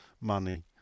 money